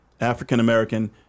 African-American